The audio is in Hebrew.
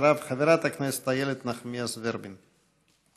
אחריו, חברת הכנסת איילת נחמיאס ורבין.